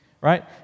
right